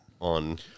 on